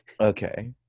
Okay